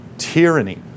tyranny